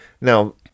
Now